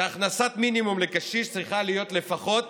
שהכנסת מינימום לקשיש צריכה להיות לפחות